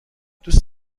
دوست